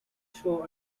show